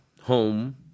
home